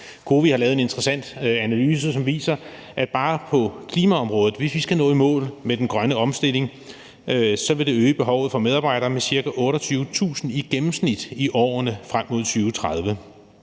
COWI har lavet en interessant analyse, som viser, at hvis vi skal nå i mål med den grønne omstilling, vil det bare på klimaområdet øge behovet for medarbejdere med ca. 28.000 i gennemsnit i årene frem mod 2030.